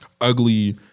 ugly